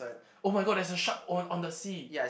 !oh-my-god! there's a shark on on the sea